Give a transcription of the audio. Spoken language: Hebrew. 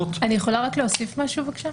יכולה להוסיף משהו בבקשה?